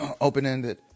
open-ended